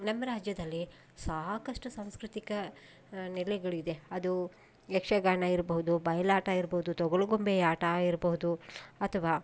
ನಮ್ಮ ರಾಜ್ಯದಲ್ಲಿ ಸಾಕಷ್ಟು ಸಾಂಸ್ಕೃತಿಕ ನೆಲೆಗಳಿದೆ ಅದು ಯಕ್ಷಗಾನ ಇರ್ಬೋದು ಬಯಲಾಟ ಇರ್ಬೋದು ತೊಗಲು ಗೊಂಬೆ ಆಟ ಇರ್ಬೋದು ಅಥವಾ